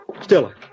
Stella